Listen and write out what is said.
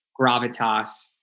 gravitas